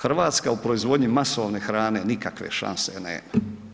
Hrvatska u proizvodnji masovne hrane nikakve šanse nema.